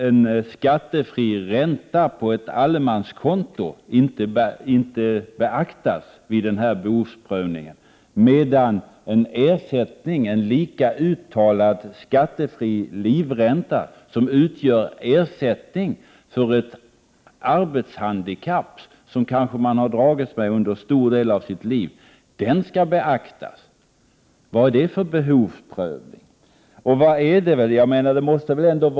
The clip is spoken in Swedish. En skattefri ränta på ett allemanskonto beaktas inte vid behovsprövningen. Men en skattefri livränta, Prot. 1988/89:110 som utgör ersättning för ett arbetshandikapp som man kanske har fått dras 9 maj 1989 med under en stor del av sitt liv, skall beaktas. Vad är det för en Da behovsprövning?